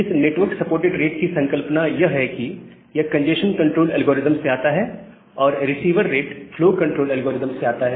इस network supported rate की संकल्पना यह है कि यह कंजेस्शन कंट्रोल एल्गोरिदम से आता है और receiver rate flow control algorithm से आता है